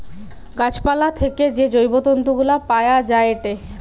গাছ পালা থেকে যে জৈব তন্তু গুলা পায়া যায়েটে